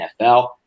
NFL